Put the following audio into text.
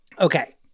Okay